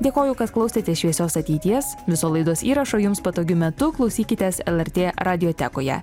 dėkoju kad klausėtės šviesios ateities viso laidos įrašo jums patogiu metu klausykitės lrt radiotekoje